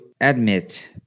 admit